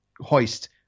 hoist